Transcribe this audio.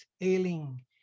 ailing